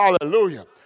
Hallelujah